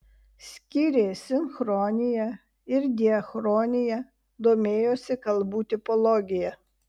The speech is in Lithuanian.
skyrė sinchroniją ir diachroniją domėjosi kalbų tipologija